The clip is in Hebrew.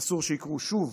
אסור שיקרו שוב,